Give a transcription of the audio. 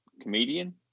comedian